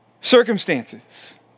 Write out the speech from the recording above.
circumstances